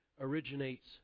originates